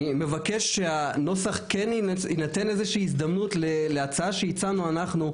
אני מבקש שבנוסח כן תינתן איזושהי הזדמנות להצעה שהצענו אנחנו,